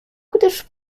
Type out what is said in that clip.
gdyż